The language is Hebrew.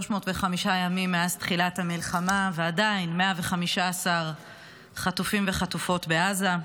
305 ימים מאז תחילת המלחמה ועדיין 115 חטופים וחטופות בעזה.